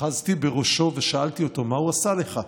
אחזתי בראשו ושאלתי אותו: מה הוא עשה לך?